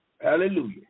Hallelujah